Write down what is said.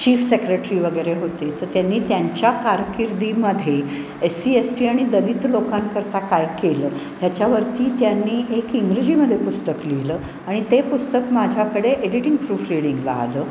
chief secretary वगैरे होते तर त्यांनी त्यांच्या कारकिर्दीमध्ये एस सी एस टी आणि दलित लोकांकरता काय केलं ह्याच्यावरती त्यांनी एक इंग्रजीमध्ये पुस्तक लिहिलं आणि ते पुस्तक माझ्याकडे एडिटिंग प्रूफ रिडिंगला आलं